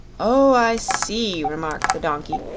oh, i see, remarked the donkey,